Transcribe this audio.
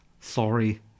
sorry